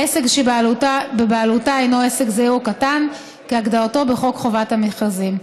העסק שבבעלותה הינו עסק זעיר או קטן כהגדרתו בחוק חובת המכרזים.